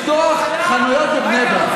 מכריח לפתוח חנויות בבני ברק,